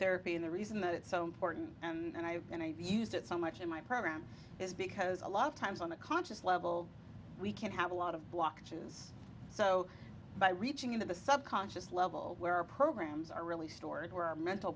therapy and the reason that it's so important and i and i used it so much in my program is because a lot of times on a conscious level we can have a lot of blockages so by reaching into the subconscious level where our programs are really stored where our mental